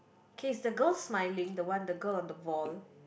K is the girl smiling the one the girl on the boat